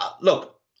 Look